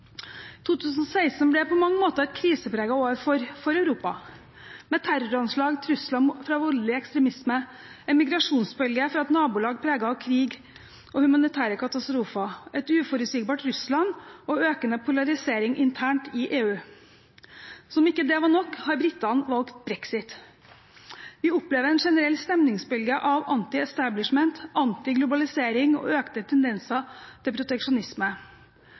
2016 ble på mange måter et krisepreget år for Europa, med terroranslag, trusler fra voldelig ekstremisme, en migrasjonsbølge fra et nabolag preget av krig og humanitære katastrofer, et uforutsigbart Russland og økende polarisering internt i EU. Som om ikke det var nok, har britene valgt brexit. Vi opplever en generell stemningsbølge av «anti-establishment», anti-globalisering og økte tendenser til proteksjonisme.